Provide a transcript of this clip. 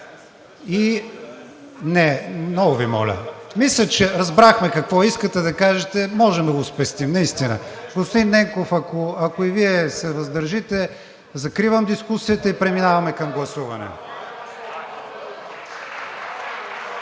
Не, много Ви моля. Мисля, че разбрахме какво искате да кажете, можем да го спестим, наистина. Господин Ненков, ако и Вие се въздържите, закривам дискусията и преминаваме към гласуване.